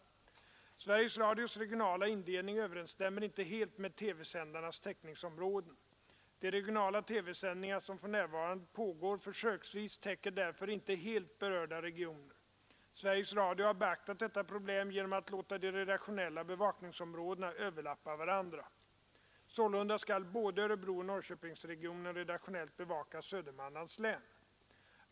Sveriges Radios regionala indelning överensstämmer inte helt med TV-sändarnas täckningsområden. De regionala TV-sändningar som för närvarande pågår försöksvis täcker därför inte helt berörda regioner. Sveriges Radio har beaktat detta problem genom att låta de redaktionella bevakningsområdena överlappa varandra. Sålunda skall både Örebrooch Norrköpingsregionen redaktionellt bevaka Södermanlands län.